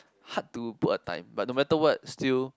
hard to put a time but no matter what still